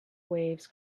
waves